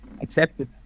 accepted